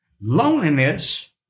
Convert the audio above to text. Loneliness